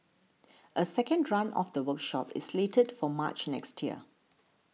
a second run of the workshop is slated for March next year